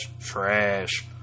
trash